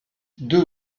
deux